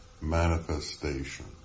manifestation